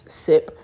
sip